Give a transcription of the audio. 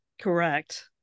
Correct